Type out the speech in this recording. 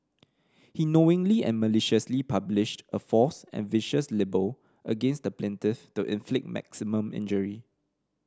he knowingly and maliciously published a false and vicious libel against the plaintiff to inflict maximum injury